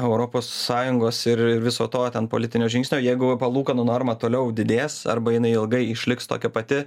europos sąjungos ir viso to ten politinio žingsnio jeigu palūkanų norma toliau didės arba jinai ilgai išliks tokia pati